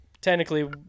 technically